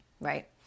right